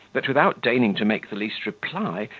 that, without deigning to make the least reply,